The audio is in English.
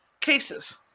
cases